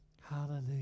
Hallelujah